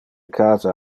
casa